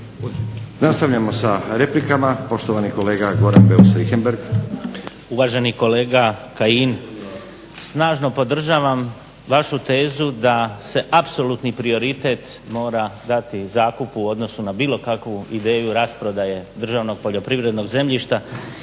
Nastavljamo sa replikama, poštovani kolega Goran Beus Richembergh. **Beus Richembergh, Goran (HNS)** Uvaženi kolega Kajin snažno podržavam vašu tezu da se apsolutni prioritet mora dati zakupu u odnosu na bilo kakvu ideju rasprodaje državnog poljoprivrednog zemljišta,